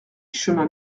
chemin